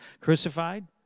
crucified